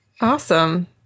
Awesome